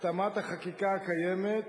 התאמת החקיקה הקיימת